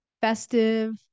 festive